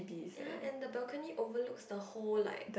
ya and the balcony overlooks the whole like